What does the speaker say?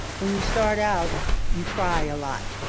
when you start out you cry a lot